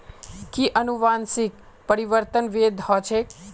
कि अनुवंशिक परिवर्तन वैध ह छेक